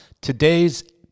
Today's